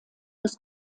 des